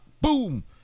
Boom